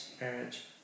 marriage